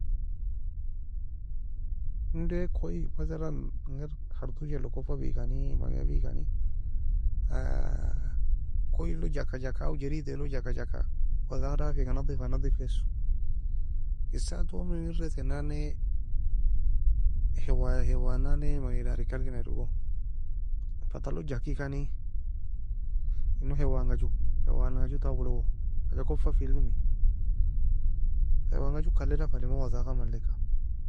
Onday koye مثلا engir khartoush elon koffa fekani maniafekani koye log juka juka او جريد log, juka juka وساخة daffika nadifa nadif kes. Esaton engir ghase nan ne هواء هواء nan ne mani darika algi ayie dogo fa talog jukikani هواء anga joe هواء anga joe taue logo حاجة kofda filemi هواء anga joe kaleda falie man وساخة ka